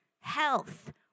Health